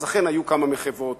אז אכן היו כמה מחוות,